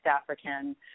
African